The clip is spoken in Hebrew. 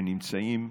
שנמצאים.